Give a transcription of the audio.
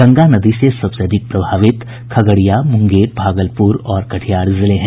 गंगा नदी से सबसे अधिक प्रभावित खगड़िया मुंगेर भागलपुर और कटिहार जिले हैं